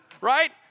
right